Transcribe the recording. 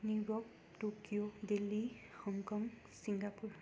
new York Tokyo Delhi Hong Kong Singapore